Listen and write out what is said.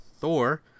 Thor